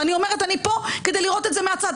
ואני אומרת שאני פה כדי לראות את זה מהצד.